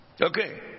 okay